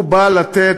הוא בא לתת